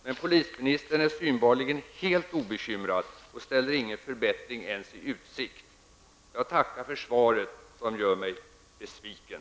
Men polisministern är synbarligen helt obekymrad och ställer ingen förbättring i utsikt. Jag tackar för svaret, som gör mig besviken.